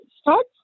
start